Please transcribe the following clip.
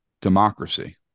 democracy